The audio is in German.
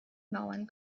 mauern